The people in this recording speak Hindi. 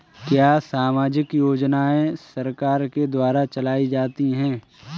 क्या सामाजिक योजनाएँ सरकार के द्वारा चलाई जाती हैं?